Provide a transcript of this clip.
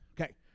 Okay